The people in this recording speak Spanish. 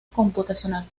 computacional